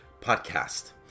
podcast